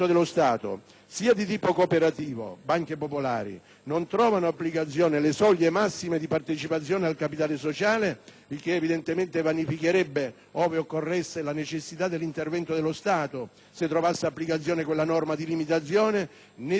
sia di tipo cooperativo (banche popolari), non trovano applicazione le soglie massime di partecipazione al capitale sociale (il che evidentemente vanificherebbe, ove occorresse, la necessità dell'intervento dello Stato se trovasse applicazione quella norma di limitazione), né si fa